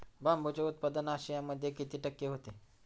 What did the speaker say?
बांबूचे उत्पादन आशियामध्ये किती टक्के होते?